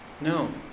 No